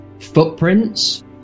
footprints